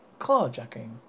Carjacking